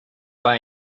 buy